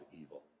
evil